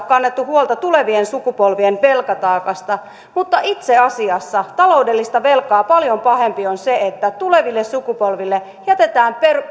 kannettu huolta tulevien sukupolvien velkataakasta mutta itse asiassa taloudellista velkaa paljon pahempi on se että tuleville sukupolville jätetään